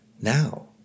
now